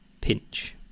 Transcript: pinch